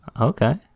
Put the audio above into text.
Okay